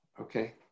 Okay